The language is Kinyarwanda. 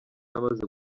yamaze